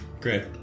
great